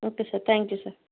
okay sir you you sir